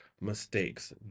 mistakes